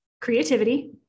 Creativity